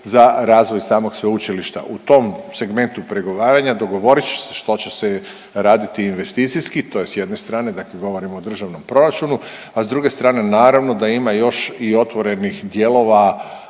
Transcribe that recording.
za razvoj samog Sveučilišta. U tom segmentu pregovaranja dogovorit će se što će se raditi investicijski, to je s jedne strane, dakle govorim o državnom proračunu, a s druge strane, naravno da ima još i otvorenih dijelova